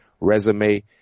resume